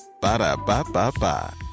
Ba-da-ba-ba-ba